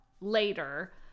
later